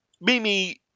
Mimi